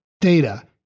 data